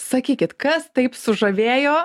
sakykit kas taip sužavėjo